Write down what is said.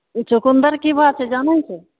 चुकुन्दर की भाव छै जानै छो